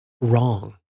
wrong